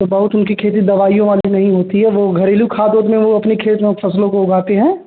तो बहुत उनकी खेती दवाइयों वाली नहीं होती है वो घरेलू खाद ओद में वो अपने खेत में फसलों को उगाते हैं